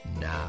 now